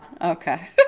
okay